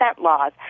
laws